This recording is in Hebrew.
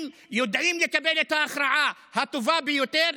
ויודעים לקבל את ההכרעה הטובה ביותר.